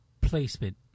Placement